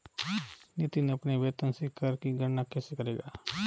नितिन अपने वेतन से कर की गणना कैसे करेगा?